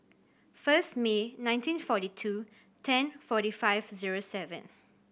first May nineteen forty two ten forty five zero seven